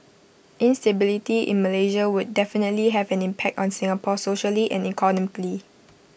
instability in Malaysia would definitely have an impact on Singapore socially and economically